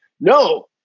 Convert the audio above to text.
No